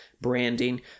branding